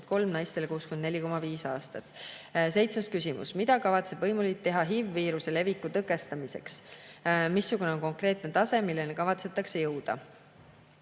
ja naistele 64,5 aastat. Seitsmes küsimus: "Mida kavatseb võimuliit teha HIV viiruse leviku tõkestamiseks? Missugune on konkreetne tase, milleni kavatsetakse jõuda?"